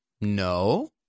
No